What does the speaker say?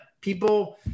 people